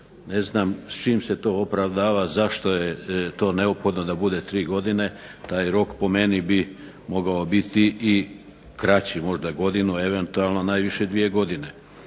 Ne znam s čime se to opravdava, zašto je to neophodno da bude 3 godine, taj rok po meni bi mogao biti i kraći, možda godinu eventualno, najviše dvije godine.